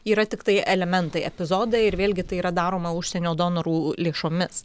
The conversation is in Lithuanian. yra tiktai elementai epizodai ir vėlgi tai yra daroma užsienio donorų lėšomis